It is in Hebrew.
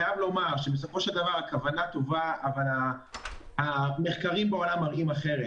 בסופו של דבר הכוונה טובה אבל המחקרים בעולם מראים אחר.